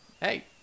hey